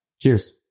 Cheers